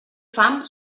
fam